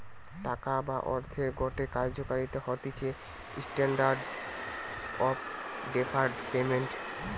টাকা বা অর্থের গটে কার্যকারিতা হতিছে স্ট্যান্ডার্ড অফ ডেফার্ড পেমেন্ট